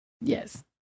Yes